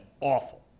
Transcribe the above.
awful